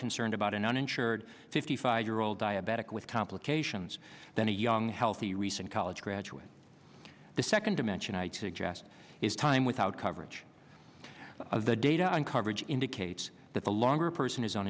concerned about an uninsured fifty five year old diabetic with complications than a young healthy recent college graduates the second dimension i'd suggest is time without coverage of the data on coverage indicates that the longer a person is